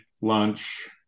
lunch